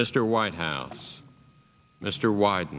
mr white house mr wyde